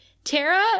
tara